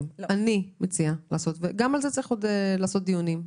צריך לעשות על זה עוד דיונים,